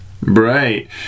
right